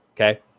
Okay